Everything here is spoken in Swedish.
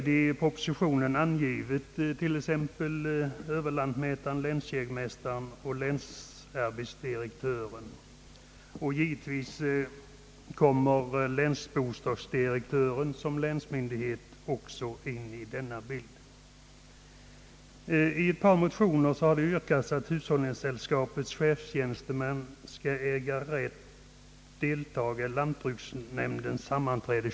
I propositionen anges som exempel på annan myndighet överlantmätaren, länsjägmästaren, länsarbetsdirektören och givetvis kommer också länsbostadsdirektören in i bilden. I motioner har yrkats att hushållningssällskapens chefstjänstemän skall äga rätt att delta generellt i lantbruksnämnds sammanträden.